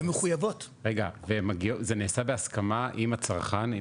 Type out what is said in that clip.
זה נעשה בהסכמה עם הצרכן,